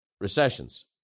recessions